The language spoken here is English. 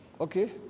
okay